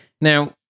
Now